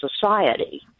society